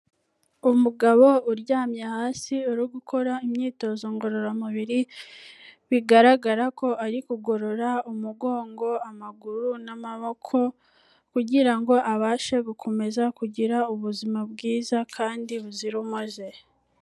Umugabo uryamye hasi uri gukora imyitozo ngororamubiri, bigaragara ko ari kugorora umugongo, amaguru n'amaboko, kugira ngo abashe gukomeza kugira ubuzima bwiza kandi buzira umuze.